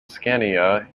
scania